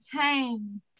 came